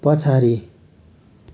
पछाडि